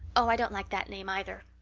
oh, i don't like that name, either.